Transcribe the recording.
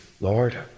Lord